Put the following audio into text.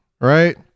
right